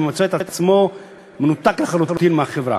והוא מוצא את עצמו מנותק לחלוטין מהחברה.